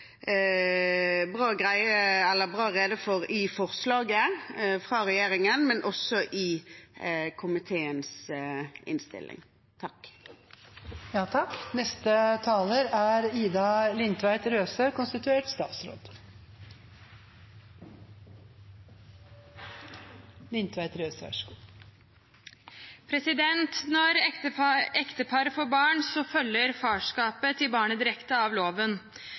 rede for i forslaget fra regjeringen, men også i komiteens innstilling. Når ektepar får barn, følger farskapet til barnet direkte av loven. For foreldre som ikke er